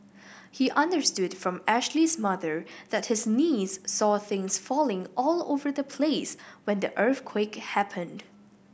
he understood from Ashley's mother that his niece saw things falling all over the place when the earthquake happened